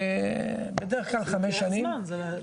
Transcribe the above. בדרך כלל חמש שנים.